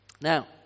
now